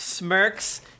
smirks